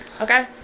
Okay